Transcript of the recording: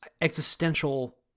existential